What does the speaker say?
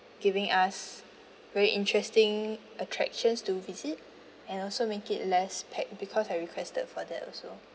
giving us very interesting attractions to visit and also make it less packed because I requested for that also